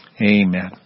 amen